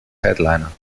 headliner